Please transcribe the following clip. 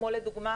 כמו לדוגמה